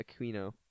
Aquino